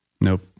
Nope